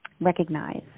recognize